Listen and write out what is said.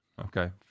Okay